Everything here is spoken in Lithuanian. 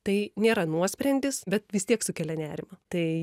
tai nėra nuosprendis bet vis tiek sukelia nerimą tai